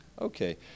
Okay